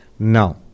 Now